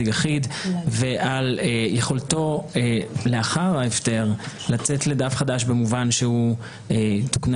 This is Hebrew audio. יחיד ועל יכולתו לאחר ההפטר לצאת לדף חדש במובן שיוכל